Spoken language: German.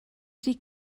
die